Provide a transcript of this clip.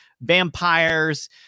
vampires